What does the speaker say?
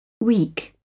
week